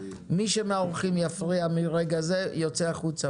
מי מהאורחים שיפריע, מרגע זה יוצא החוצה.